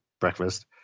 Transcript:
breakfast